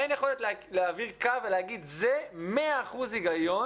אין יכולת להעביר קו ולהגיד, זה מאה אחוז היגיון